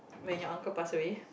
when your uncle pass away